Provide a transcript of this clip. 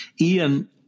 Ian